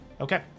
Okay